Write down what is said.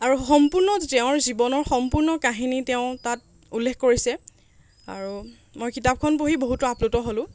আৰু সম্পূৰ্ণ তেওঁৰ জীৱনৰ সম্পূৰ্ণ কাহিনী তেওঁ তাত উল্লেখ কৰিছে আৰু মই কিতাপখন পঢ়ি বহুত আপ্লুত হ'লোঁ